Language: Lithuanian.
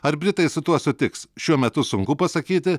ar britai su tuo sutiks šiuo metu sunku pasakyti